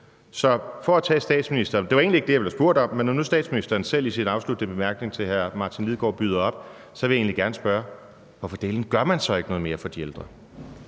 som vi er ramt af. Det var egentlig ikke det, jeg ville have spurgt om, men når nu statsministeren selv i sin afsluttende bemærkning til hr. Martin Lidegaard byder op, vil jeg egentlig gerne spørge: Hvorfor dælen gør man så ikke noget mere for de ældre?